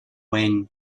when